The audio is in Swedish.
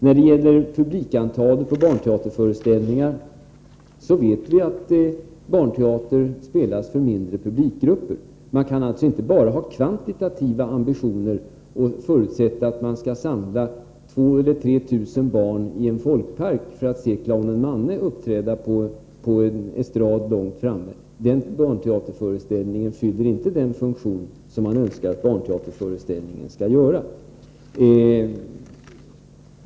När det gäller publiksiffrorna för barnteaterföreställningar vill jag säga att vi vet att barnteater spelas för mindre publikgrupper. Man kan alltså inte bara ha kvantitativa ambitioner och förorda att man samlar 2 000-3 000 barn i en folkpark för att se clownen Manne uppträda på en estrad långt där framme. En sådan barnteaterföreställning skulle inte fylla den funktion som man önskar att barnteaterföreställningar skall fylla.